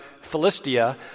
Philistia